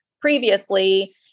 previously